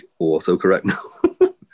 autocorrect